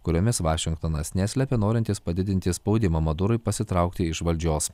kuriomis vašingtonas neslepia norintis padidinti spaudimą madurui pasitraukti iš valdžios